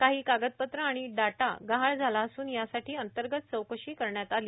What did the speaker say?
काही कागदपत्र आणि डाटा गहाळ झाला असून यासाठी अंतर्गत चौकश्री करण्यात आली